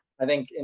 i think, and